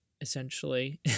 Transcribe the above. essentially